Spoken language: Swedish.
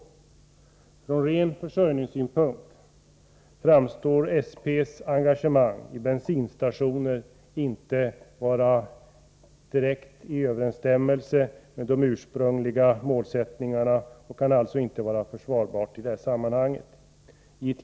Från ren försörjningssynpunkt framstår SP:s engagemang i bensinstationer inte som stående i direkt överensstämmelse med de ursprungliga målsättningarna, och det kan alltså inte vara försvarbart i det här sammanhanget.